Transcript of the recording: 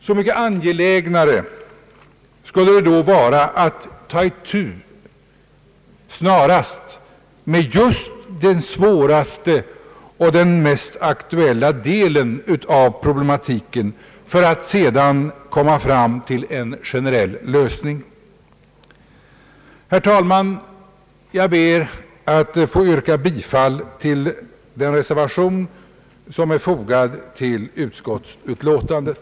Så mycket angelägnare borde det då vara att snarast ta itu med just den svåraste och den mest aktuella delen av problematiken för att sedan komma fram till en generell lösning. Herr talman! Jag ber att få yrka bifall till den reservation som är fogad till utskottsutlåtandet.